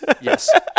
yes